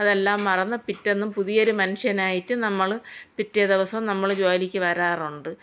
അതെല്ലാം മറന്ന് പിറ്റേന്നും പുതിയൊരു മനുഷ്യനായിട്ട് നമ്മൾ പിറ്റേ ദിവസം നമ്മൾ ജോലിക്ക് വരാറുണ്ട്